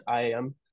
IAM